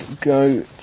go